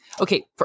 Okay